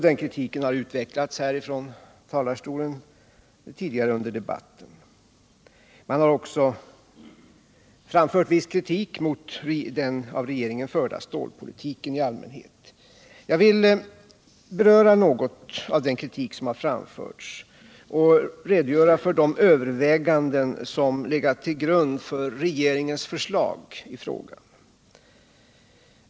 Den kritiken har tidigare i debatten utvecklats härifrån talarstolen. Man har också framfört viss kritik mot den av regeringen förda stålpolitiken i allmänhet. Jag vill beröra något av den kritik som har framförts och redogöra för de överväganden som har legat till grund för regeringens förslag i frågan.